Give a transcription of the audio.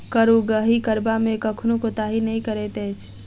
कर उगाही करबा मे कखनो कोताही नै करैत अछि